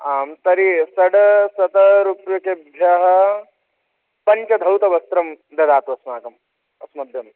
आं तर्हि षड्शतरूप्यकेभ्यः पञ्चधौतवस्त्रं ददातु अस्माकम् अस्मभ्यं